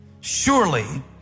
surely